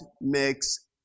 makes